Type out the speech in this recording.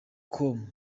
com